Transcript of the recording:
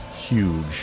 huge